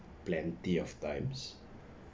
plenty of times